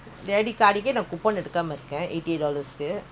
ah you must buy coupon [what]